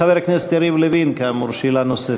חבר הכנסת יריב לוין, כאמור, שאלה נוספת.